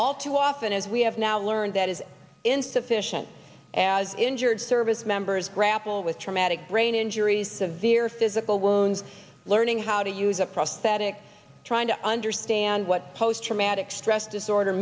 all too often as we have now learned that is insufficient as injured service members grapple with traumatic brain injuries severe physical wounds learning how to use a prosthetic trying to understand what post traumatic stress disorder